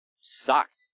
sucked